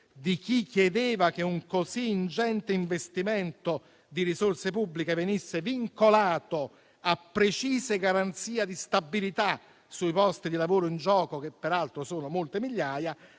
di chi chiedeva che un così ingente investimento di risorse pubbliche venisse vincolato a precisa garanzia di stabilità sui posti di lavoro in gioco, che peraltro sono molte migliaia.